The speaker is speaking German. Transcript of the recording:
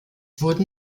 wurden